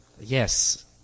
Yes